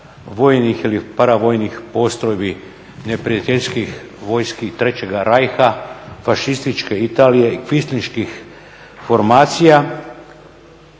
vojnih ili paravojnih postrojbi neprijateljskih vojski 3.rajha, fašističke Italije i kvinslinčkih formacija